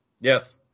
Yes